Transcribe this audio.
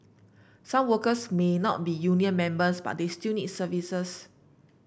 some workers may not be union members but they still need services